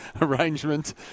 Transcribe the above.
arrangement